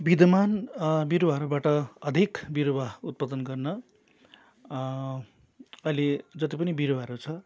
विद्यमान बिरुवाहरूबाट अधिक बिरुवा उत्पादन गर्न अहिले जति पनि बिरुवाहरू छ